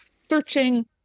searching